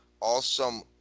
awesome